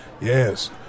Yes